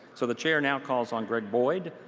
so the chair now calls on greg boyd,